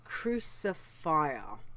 crucifier